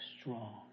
strong